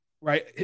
right